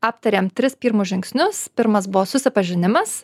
aptarėm tris pirmus žingsnius pirmas buvo susipažinimas